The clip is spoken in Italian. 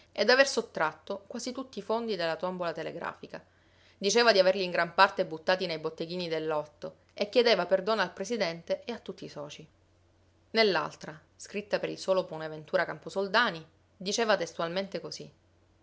e d'aver sottratto quasi tutti i fondi della tombola telegrafica diceva di averli in gran parte buttati nei botteghini del lotto e chiedeva perdono al presidente e a tutti i socii nell'altra scritta per il solo bonaventura camposoldani diceva testualmente così